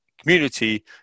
community